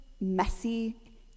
messy